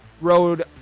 road